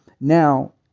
Now